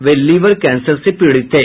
वे liver cancer से पीड़ित थे